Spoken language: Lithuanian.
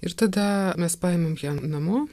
ir tada mes paėmėm ją namo